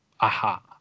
Aha